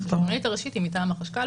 החשבונאית הראשית היא מטעם החשכ"ל.